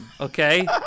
Okay